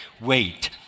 wait